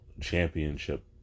championship